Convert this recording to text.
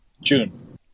June